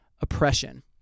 oppression